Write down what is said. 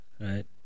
right